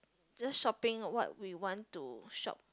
just shopping what we want to shop